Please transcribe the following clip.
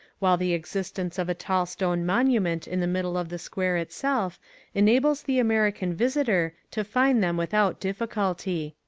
while the existence of a tall stone monument in the middle of the square itself enables the american visitor to find them without difficulty.